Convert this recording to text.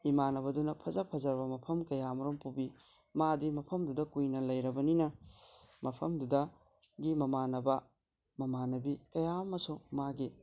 ꯏꯃꯥꯟꯅꯕꯗꯨꯅ ꯐꯖ ꯐꯖꯔꯕ ꯃꯐꯝ ꯀꯌꯥꯃꯔꯨꯝ ꯄꯨꯕꯤ ꯃꯥꯗꯤ ꯃꯐꯝꯗꯨꯗ ꯀꯨꯏꯅ ꯂꯩꯔꯕꯅꯤꯅ ꯃꯐꯝꯗꯨꯗꯒꯤ ꯃꯃꯥꯟꯅꯕ ꯃꯃꯥꯟꯅꯕꯤ ꯀꯌꯥ ꯑꯃꯁꯨ ꯃꯥꯒꯤ